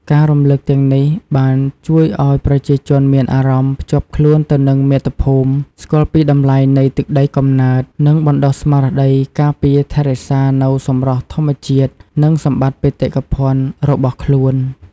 ការរំលឹកទាំងនេះបានជួយឲ្យប្រជាជនមានអារម្មណ៍ភ្ជាប់ខ្លួនទៅនឹងមាតុភូមិ ស្គាល់ពីតម្លៃនៃទឹកដីកំណើត និងបណ្ដុះស្មារតីការពារថែរក្សានូវសម្រស់ធម្មជាតិ និងសម្បត្តិបេតិកភណ្ឌរបស់ខ្លួន។